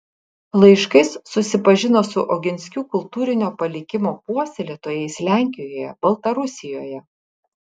laiškais susipažino su oginskių kultūrinio palikimo puoselėtojais lenkijoje baltarusijoje